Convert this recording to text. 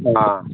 ꯑꯪ